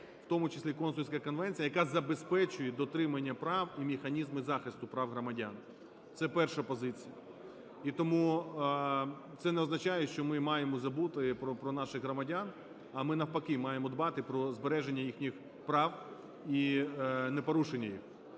в тому числі консульська конвенція, яка забезпечує дотримання прав і механізми захисту прав громадян. Це перша позиція. І тому це не означає, що ми маємо забути про наших громадян. А ми навпаки маємо дбати про збереження їхніх прав і непорушення їх.